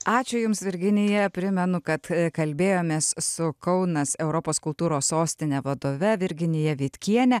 ačiū jums virginija primenu kad kalbėjomės su kaunas europos kultūros sostinė vadove virginija vitkiene